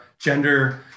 gender